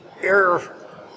air